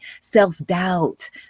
Self-doubt